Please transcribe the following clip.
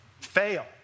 fail